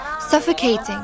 suffocating